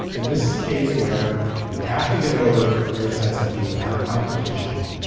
and this is a case where you have to get over your sense of being non-confrontational.